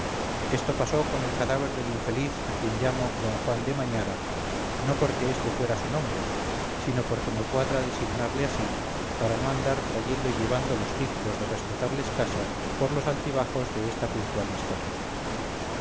esto pasó con el cadáver del infeliz a quien llamo d juan de mañara no porque este fuera su nombre sino porque me cuadra designarle así para no andar trayendo y llevando los títulos de respetables casas por los altibajos de esta puntual historia